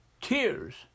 tears